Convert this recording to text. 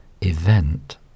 event